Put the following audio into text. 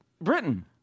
Britain